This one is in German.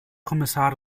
kommissar